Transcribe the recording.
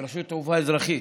מרשות תעופה אזרחית,